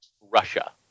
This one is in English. Russia